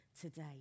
today